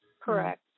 Correct